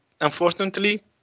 unfortunately